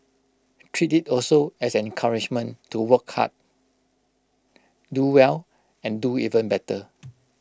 treat IT also as an encouragement to work hard do well and do even better